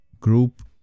group